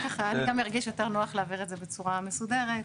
ארגיש יותר נוח להעביר את זה בצורה מסודרת,